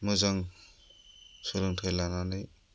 मोजां सोलोंथाय लानानै